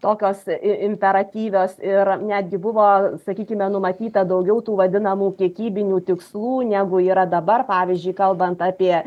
tokios i imperatyvios ir netgi buvo sakykime numatyta daugiau tų vadinamų kiekybinių tikslų negu yra dabar pavyzdžiui kalbant apie